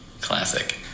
Classic